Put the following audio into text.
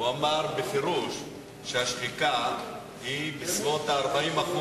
אמר בפירוש שהשחיקה היא בסביבות ה-40%,